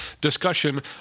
discussion